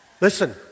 listen